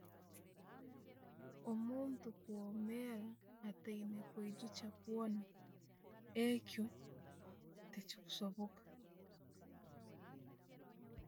Omuntu kwomeera attaine kwejukya kwoona, ekyo techikusoboka.